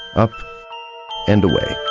up and away.